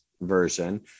version